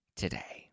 today